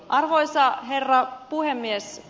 arvoisa herra puhemies